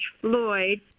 Floyd